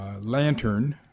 lantern